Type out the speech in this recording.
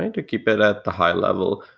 and to keep it at the high level,